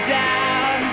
down